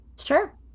Sure